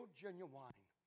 genuine